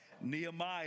Nehemiah